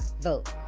vote